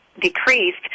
decreased